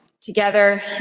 together